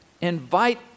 invite